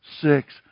six